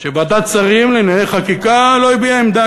שוועדת שרים לענייני חקיקה לא הביעה עמדה,